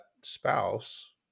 spouse